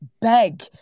beg